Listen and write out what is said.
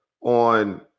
on